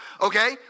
Okay